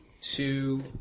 two